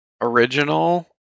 Original